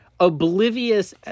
oblivious